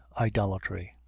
idolatry